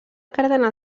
cardenal